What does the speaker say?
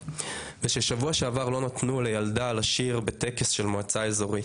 וששבוע שעבר לא נתנו לילדה לשיר בטקס של מועצה אזורית.